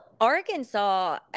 arkansas